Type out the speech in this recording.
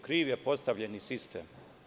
Kriv je postavljeni sistem.